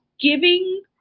giving